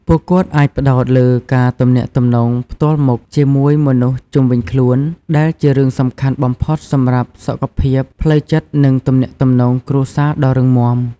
ពួកគាត់អាចផ្តោតលើការទំនាក់ទំនងផ្ទាល់មុខជាមួយមនុស្សជុំវិញខ្លួនវិញ ដែលជារឿងសំខាន់បំផុតសម្រាប់សុខភាពផ្លូវចិត្តនិងទំនាក់ទំនងគ្រួសារដ៏រឹងមាំ។